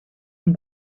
een